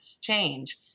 change